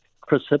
Chris